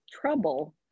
trouble